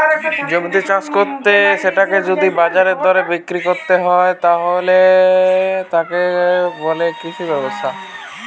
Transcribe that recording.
জমিতে চাষ কত্তে সেটাকে যদি বাজারের দরে বিক্রি কত্তে যায়, তাকে বলে কৃষি ব্যবসা